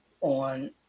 on